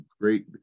great